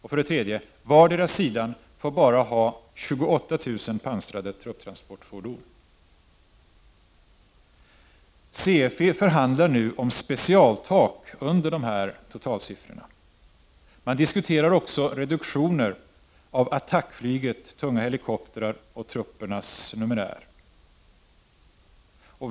c) Vardera sidan får bara ha 28 000 pansrade trupptransportfordon. CFE förhandlar nu om specialtak under dessa totalsiffror. Man diskuterar också reduktioner av attackflyget, tunga helikoptrar och truppernas numefär.